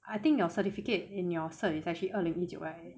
I think your certificate in your cert is actually 二零一九 right